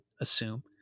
assume